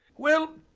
well,